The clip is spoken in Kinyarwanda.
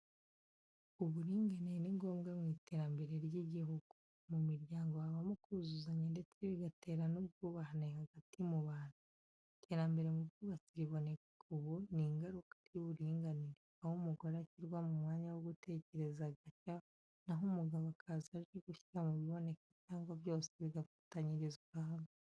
Uburinganire ni ngombwa mu iterambere ry’igihugu, mu miryango habamo kuzuzanya ndetse bigatera n’ubwubahane hagati mu bantu. Iterambere mu bwubatsi riboneka ubu ni ingaruka ry’uburinganire, aho umugore ashyirwa mu mwanya wo gutekereza agashya na ho umugabo akaza aje gushyira mu biboneka cyangwa byose bigafatanyirizwa hamwe.